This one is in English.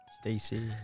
Stacy